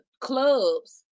clubs